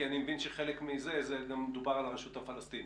כי אני מבין שחלק מזה מדובר גם על הרשות הפלסטינית.